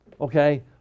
Okay